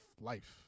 life